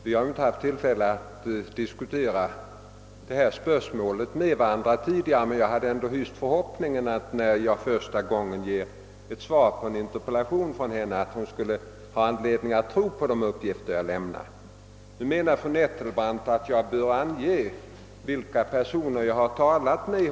Vi har inte haft tillfälle att diskutera detta spörsmål med varandra tidigare, men jag hade ändå hyst förhoppningen, att när jag första gången ger svar på en interpellation av fru Nettelbrandt, så skulle hon tro på de uppgifter som jag lämnar. Nu menar fru Nettelbrandt att jag bör ange vilka personer jag har talat med.